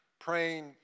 praying